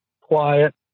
Quiet